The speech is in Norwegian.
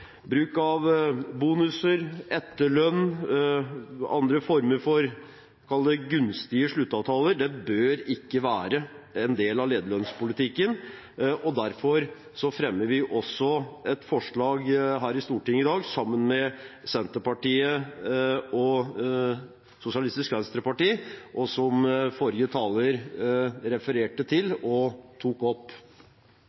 Bruk av bonuser, etterlønn og andre former for – kall det – gunstige sluttavtaler, bør ikke være en del av lederlønnspolitikken, og derfor fremmer vi også et forslag her i Stortinget i dag sammen med Senterpartiet og Sosialistisk Venstreparti, som forrige taler refererte til